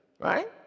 Right